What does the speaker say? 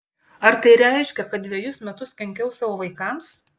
ar tai reiškia kad dvejus metus kenkiau savo vaikams